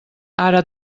ara